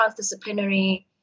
transdisciplinary